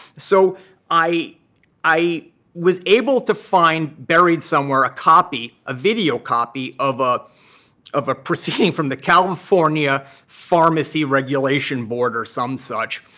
so i i was able to find buried somewhere, a copy a video copy of ah of a proceeding from the california pharmacy regulation board or some such.